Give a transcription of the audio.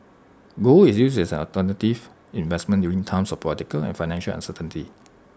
gold is used as an alternative investment during times of political and financial uncertainty